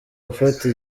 gufata